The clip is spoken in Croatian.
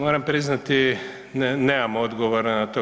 Moram priznati nemamo odgovore na to.